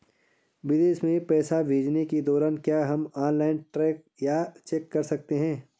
विदेश में पैसे भेजने के दौरान क्या हम ऑनलाइन ट्रैक या चेक कर सकते हैं?